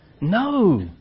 No